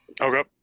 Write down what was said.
okay